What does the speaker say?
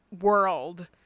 world